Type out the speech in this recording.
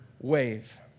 wave